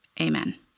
Amen